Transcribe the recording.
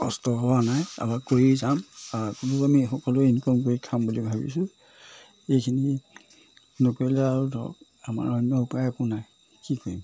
কষ্ট হোৱা নাই আমাৰ কৰি যাম কোনো আমি সকলোৱে ইনকম কৰি খাম বুলি ভাবিছোঁ এইখিনি নকৰিলে আৰু ধৰক আমাৰ অন্য উপায় একো নাই কি কৰিম